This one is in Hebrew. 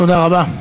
תודה רבה.